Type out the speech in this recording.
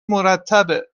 مرتبه